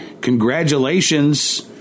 congratulations